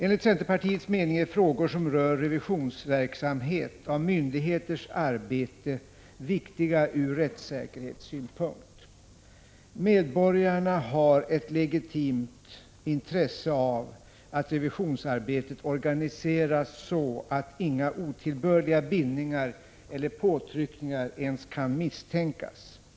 Enligt centerpartiets mening är frågor som rör revision av myndigheters arbete viktiga ur rättssäkerhetssynpunkt. Medborgarna har ett legitimt intresse av att revi sionsarbetet organiseras så att inga otillbörliga bindningar eller påtryckning — Prot. 1985/86:143 ar ens kan misstänkas.